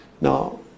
Now